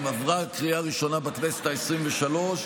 עברה קריאה ראשונה בכנסת העשרים-ושלוש,